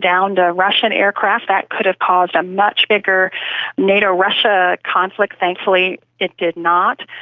downed a russian aircraft, that could have caused a much bigger nato-russia conflict. thankfully it did not.